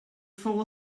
four